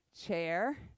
Chair